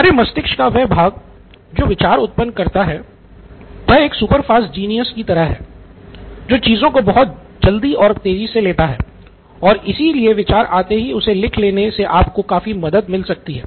हमारे मस्तिष्क का वह भाग जो विचार उत्पन्न करता है एक सुपर फास्ट जीनियस कि तरह है जो चीजों को बहुत जल्दी और तेजी से लेता है और इसी लिए विचार आते ही उसे लिख लेने से आपको काफी मदद मिल सकती है